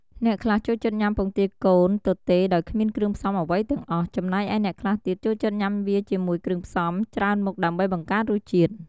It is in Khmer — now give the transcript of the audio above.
អ្នកខ្លះចូលចិត្តញ៉ាំពងទាកូនទទេដោយគ្មានគ្រឿងផ្សំអ្វីទាំងអស់ ចំណែកឯអ្នកខ្លះទៀតចូលចិត្តញ៉ាំវាជាមួយគ្រឿងផ្សំច្រើនមុខដើម្បីបង្កើនរសជាតិ។